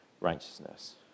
righteousness